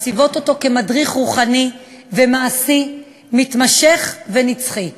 מציבות אותו כמדריך רוחני ומעשי מתמשך ונצחי,